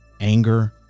anger